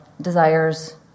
desires